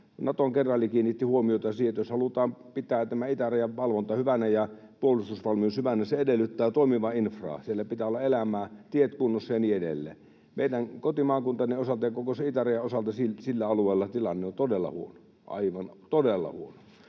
Naton kenraali kiinnitti huomiota siihen, että jos halutaan pitää tämä itärajan valvonta hyvänä ja puolustusvalmius hyvänä, niin se edellyttää toimivaa infraa. Siellä pitää olla elämää, tiet kunnossa ja niin edelleen. Kotimaakuntani osalta ja koko itärajan osalta, sillä alueella, tilanne on todella huono — aivan todella huono.